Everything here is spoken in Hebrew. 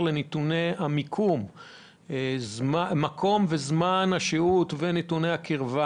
לנתוני המיקום וזמן השהות ונתוני הקרבה